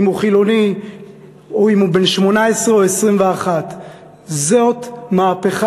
אם הוא חילוני או אם הוא בן 18 או 21. זאת מהפכה,